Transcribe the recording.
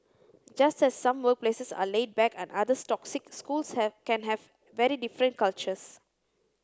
just as some workplaces are laid back and others toxic schools can have very different cultures